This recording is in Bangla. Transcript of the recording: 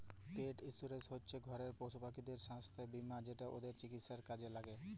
পেট ইন্সুরেন্স হচ্যে ঘরের পশুপাখিদের সাস্থ বীমা যেটা ওদের চিকিৎসায় কামে ল্যাগে